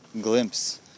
glimpse